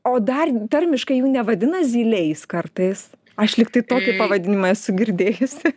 o dar tarmiškai jų nevadina zyliais kartais aš lygtai tokį pavadinimą esu girdėjusi